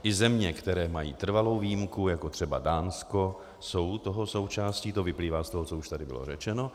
Ty země, které mají trvalou výjimku, jako třeba Dánsko, jsou toho součástí, to vyplývá z toho, co už tady bylo řečeno.